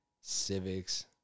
civics